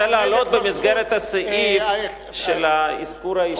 הוא רוצה לעלות במסגרת הסעיף של האזכור האישי.